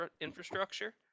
infrastructure